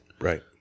right